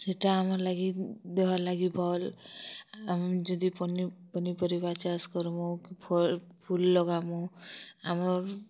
ସେଟା ଆମର୍ ଲାଗି ଦେହର୍ ଲାଗି ଭଲ୍ ଆମେ ଯଦି ପନିପରିବା ଚାଷ୍ କର୍ମୁ କି ଫଲ୍ ଫୁଲ୍ ଲଗାମୁ ଆମର୍